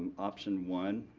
option one